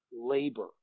labor